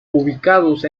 ubicados